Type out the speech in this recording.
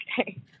Okay